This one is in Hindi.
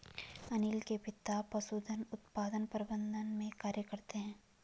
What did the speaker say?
अनील के पिता पशुधन उत्पादन प्रबंधन में कार्य करते है